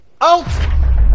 Out